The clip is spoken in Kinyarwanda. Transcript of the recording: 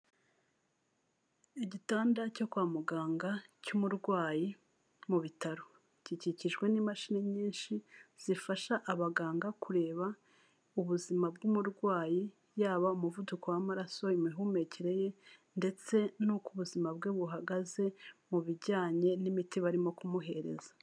Igitanda cyo kwa muganga cy'umurwayi mubi bitaro, gikikijwe n'imashini nyinshi zifasha abaganga kureba ubuzima bw'umurwayi, yaba umuvuduko w'amaraso, imihumekere ye ndetse nuko ubuzima bwe buhagaze, mu bijyanye n'imiti barimo kumuhereza.